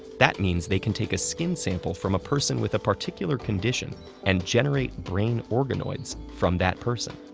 that means they can take a skin sample from a person with a particular condition and generate brain organoids from that person.